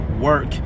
work